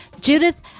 Judith